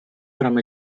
from